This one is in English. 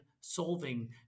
solving